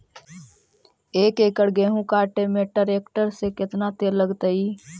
एक एकड़ गेहूं काटे में टरेकटर से केतना तेल लगतइ?